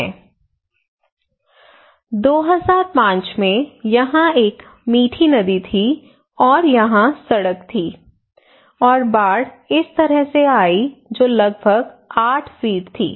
2005 में यहाँ एक मीठी नदी थी और यहाँ सड़क थी और बाढ़ इस तरह से आई जो लगभग 8 फीट थी